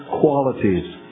qualities